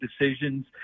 decisions